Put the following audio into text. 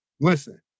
listen